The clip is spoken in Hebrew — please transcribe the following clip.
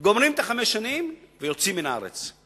חמש שנים, גומרים את חמש השנים ויוצאים מן הארץ.